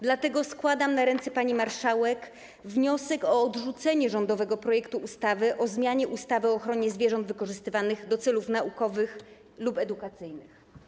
Dlatego składam na ręce pani marszałek wniosek o odrzucenie rządowego projektu ustawy o zmianie ustawy o ochronie zwierząt wykorzystywanych do celów naukowych lub edukacyjnych.